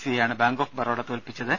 സിയെയാണ് bank of Baroda തോൽപ്പിച്ചത്